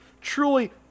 truly